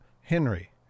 Henry